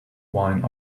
wine